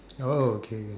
oh okay okay